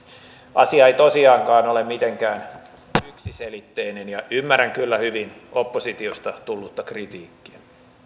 asia ei tosiaankaan ole mitenkään yksiselitteinen ja ymmärrän kyllä hyvin oppositiosta tullutta kritiikkiä